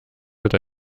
wird